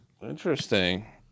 Interesting